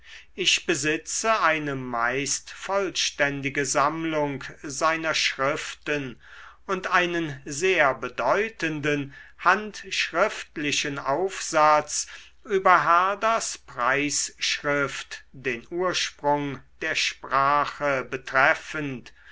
ich besitze eine meist vollständige sammlung seiner schriften und einen sehr bedeutenden handschriftlichen aufsatz über herders preisschrift den ursprung der sprache betreffend